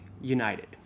United